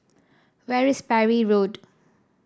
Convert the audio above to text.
where's Parry Road